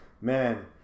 Man